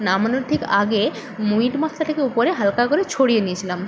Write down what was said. নামানোর ঠিক আগে মিট মশলাটাকে উপরে হালকা করে ছড়িয়ে নিয়েছিলাম